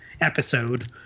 episode